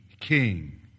king